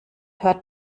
hört